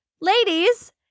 Ladies